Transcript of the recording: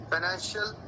Financial